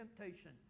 temptation